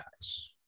guys